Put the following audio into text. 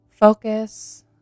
Focus